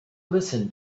listen